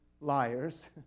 Liars